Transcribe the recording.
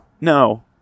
No